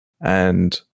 and-